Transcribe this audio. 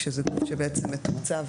כשזה גוף שבעצם מתוקצב